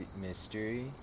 mystery